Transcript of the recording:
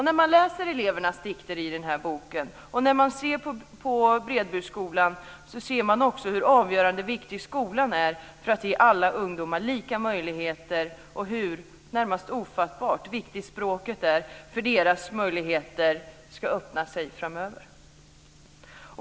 När man läser elevernas dikter i denna bok, och när man ser på Bredbyskolan, ser man också hur avgörande viktig skolan är för att ge alla ungdomar lika möjligheter och hur, närmast ofattbart, viktigt språket är för att deras möjligheter ska öppna sig framöver.